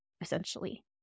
Essentially